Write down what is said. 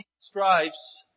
stripes